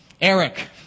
Eric